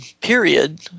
period